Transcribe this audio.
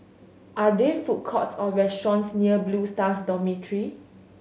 are there food courts or restaurants near Blue Stars Dormitory